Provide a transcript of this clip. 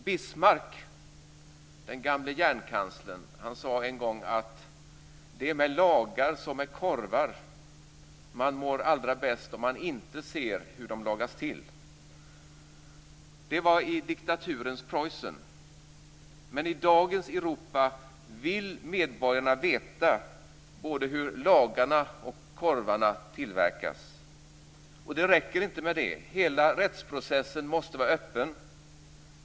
Bismarck, den gamle järnkanslern, sade en gång att det är med lagar som med korvar; man mår allra bäst om man inte ser hur de lagas till. Det var i diktaturens Preussen. Men i dagens Europa vill medborgarna veta hur både lagarna och korvarna tillverkas. Det räcker inte med det, utan hela rättsprocessen måste vara öppen.